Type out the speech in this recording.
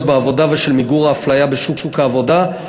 בעבודה ושל מיגור האפליה בשוק העבודה,